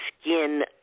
skin